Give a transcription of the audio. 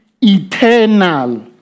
Eternal